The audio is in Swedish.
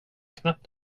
knappt